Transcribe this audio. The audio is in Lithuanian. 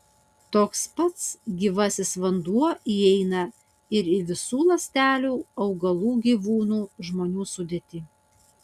toks pats gyvasis vanduo įeina ir į visų ląstelių augalų gyvūnų žmonių sudėtį